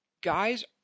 Guys